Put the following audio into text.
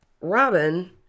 Robin